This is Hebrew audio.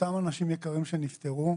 אותם אנשים יקרים שנפטרו,